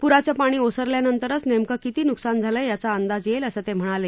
पुराचं पाणी ओसरल्यानंतरच नेमकं किती नुकसान झालंय याचा अंदाज येईल असं ते म्हणाले